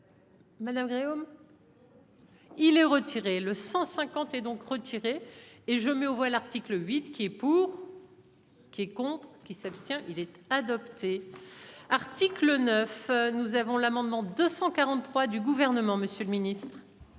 Madame Gréaume. Il est retiré le 150 et donc retiré et je mets aux voix l'article 8. Qui pour. Qui compte. Qui s'abstient. Il était adopté. Article 9, nous avons l'amendement 243 du gouvernement, Monsieur le Ministre.